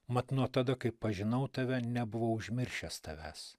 mat nuo tada kai pažinau tave nebuvau užmiršęs tavęs